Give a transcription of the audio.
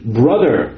brother